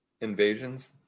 Invasions